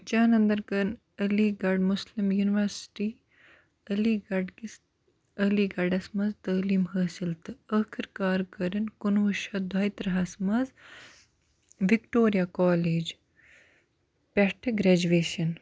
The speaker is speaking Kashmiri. چانٛدن کٔر Aligarh Muslim University Aligarh کِس علی گڑھس منٛز تٲلیٖم حٲصِل تہٕ ٲخٕر کار کٔرٕن کُنوُہ شَتھ دۄیہِ ترٛہَس منٛز وِکٹورِیہ کالیج پیٹھٕ گرٛیجویشن